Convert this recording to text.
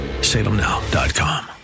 salemnow.com